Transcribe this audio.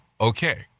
okay